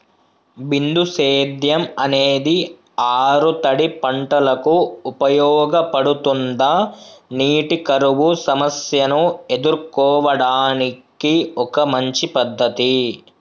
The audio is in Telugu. బిందు సేద్యం అనేది ఆరుతడి పంటలకు ఉపయోగపడుతుందా నీటి కరువు సమస్యను ఎదుర్కోవడానికి ఒక మంచి పద్ధతి?